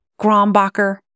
Grombacher